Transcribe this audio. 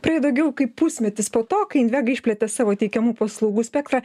praėjo daugiau kaip pusmetis po to kai invega išplėtė savo teikiamų paslaugų spektrą